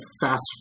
fast